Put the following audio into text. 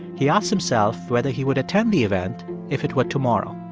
he asks himself whether he would attend the event if it were tomorrow.